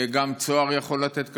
גם צהר יכול לתת כשרות.